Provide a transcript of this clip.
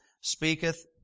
speaketh